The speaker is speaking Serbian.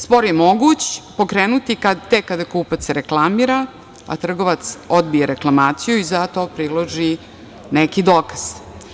Spor je moguć pokrenuti tek kada kupac se reklamira, a trgovac odbije reklamaciju i za to priloži neki dokaz.